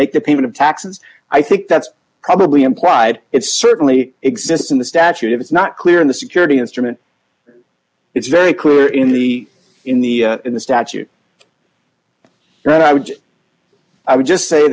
make the payment of taxes i think that's probably implied it certainly exists in the statute if it's not clear in the security instrument it's very clear in the in the in the statute that i would i would just say